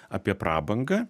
apie prabangą